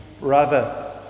brother